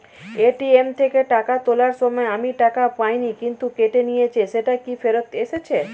ATM থেকে টাকা তোলার সময় আমি টাকা পাইনি কিন্তু কেটে নিয়েছে সেটা কি ফেরত এসেছে?